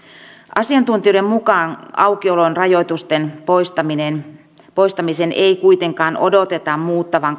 asiantuntijoiden mukaan aukiolon rajoitusten poistamisen ei kuitenkaan odoteta muuttavan